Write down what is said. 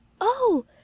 Oh